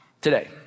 today